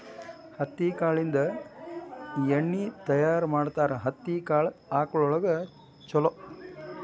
ಹತ್ತಿ ಕಾಳಿಂದ ಎಣ್ಣಿ ತಯಾರ ಮಾಡ್ತಾರ ಹತ್ತಿ ಕಾಳ ಆಕಳಗೊಳಿಗೆ ಚುಲೊ